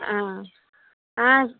ஆ ஆ